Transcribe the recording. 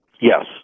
Yes